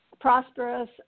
prosperous